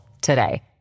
today